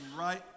right